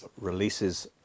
releases